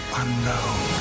unknown